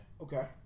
Okay